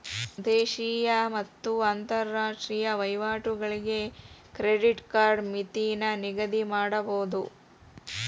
ದೇಶೇಯ ಮತ್ತ ಅಂತರಾಷ್ಟ್ರೇಯ ವಹಿವಾಟುಗಳಿಗೆ ಕ್ರೆಡಿಟ್ ಕಾರ್ಡ್ ಮಿತಿನ ನಿಗದಿಮಾಡಬೋದು